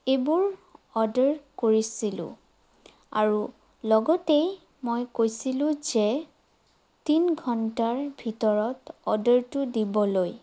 এইবোৰ অৰ্ডাৰ কৰিছিলোঁ আৰু লগতেই মই কৈছিলোঁ যে তিনি ঘণ্টাৰ ভিতৰত অৰ্ডাৰটো দিবলৈ